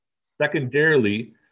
Secondarily